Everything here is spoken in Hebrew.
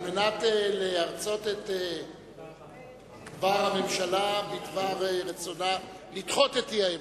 על מנת להרצות את דבר הממשלה בדבר רצונה לדחות את האי-אמון.